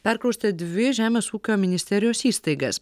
perkraustė dvi žemės ūkio ministerijos įstaigas